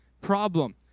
problem